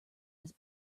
his